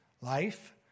life